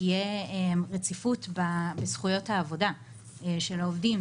שתהיה רציפות בזכויות העבודה של העובדים.